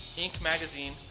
inc magazine,